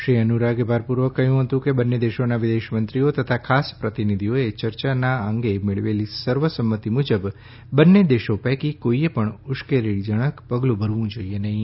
શ્રી અનુરાગે ભારપૂર્વક કહ્યું કે બંન્ને દેશોનાં વિદેશમત્રીઓ તથા ખાસ પ્રતિનિધિઓએ યર્યાનાં અંગે મેળવેલી સર્વસંમતિ મુજબ બંન્ને દેશો પૈકી કોઈએ પણ ઉશકેરણીજનક પગલું ભરવું જોઈએ નહીં